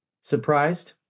surprised